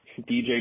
DJ